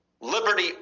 liberty